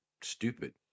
stupid